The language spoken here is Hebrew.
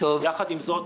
יחד עם זאת,